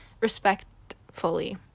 Respectfully